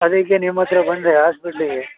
ಅದಕ್ಕೆ ನಿಮ್ಮ ಹತ್ತಿರ ಬಂದೆ ಹಾಸ್ಪೆಟ್ಲಿಗೆ